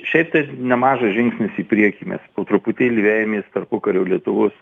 šiaip tais nemažas žingsnis į priekį mes po truputėlį vejamės tarpukario lietuvos